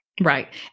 right